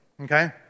Okay